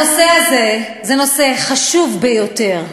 הנושא הזה הוא נושא חשוב ביותר,